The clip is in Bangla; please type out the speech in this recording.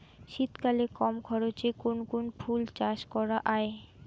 শীতকালে কম খরচে কোন কোন ফুল চাষ করা য়ায়?